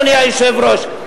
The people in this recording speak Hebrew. אדוני היושב-ראש,